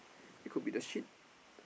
(pppo) it will be the shit